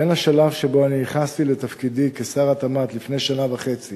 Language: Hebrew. בין השלב שבו אני נכנסתי לתפקידי כשר התמ"ת לפני שנה וחצי